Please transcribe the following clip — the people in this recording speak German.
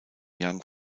young